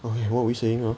okay what were you saying ah